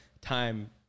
time